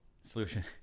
Solution